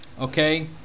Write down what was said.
Okay